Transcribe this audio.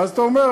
ואז אתה אומר,